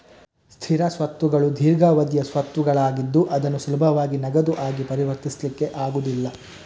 ಸ್ಥಿರ ಸ್ವತ್ತುಗಳು ದೀರ್ಘಾವಧಿಯ ಸ್ವತ್ತುಗಳಾಗಿದ್ದು ಅದನ್ನು ಸುಲಭವಾಗಿ ನಗದು ಆಗಿ ಪರಿವರ್ತಿಸ್ಲಿಕ್ಕೆ ಆಗುದಿಲ್ಲ